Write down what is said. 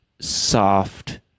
soft